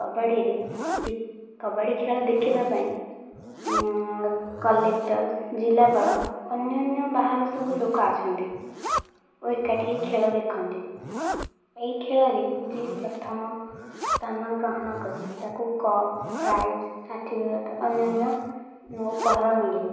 କବାଡ଼ି ରେ କବାଡ଼ି ଖେଳ ଦେଖିବା ପାଇଁ କଲେକ୍ଟର ଜିଲ୍ଲାପାଳ ଅନ୍ୟାନ୍ୟ ବାହାରୁ ସବୁ ଲୋକ ଆସନ୍ତି ଓ ଏକାଠି ହୋଇ ଖେଳ ଦେଖନ୍ତି ଏହି ଖେଳରେ ଯିଏ ପ୍ରଥମ ସ୍ଥାନ ଗ୍ରହଣ କରେ ତାକୁ କପ୍ ପ୍ରାଇଜ୍ ସାର୍ଟିଫିକେଟ୍ ଅନ୍ୟାନ୍ୟ ଉପହାର ମିଳେ